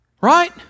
Right